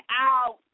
out